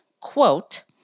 quote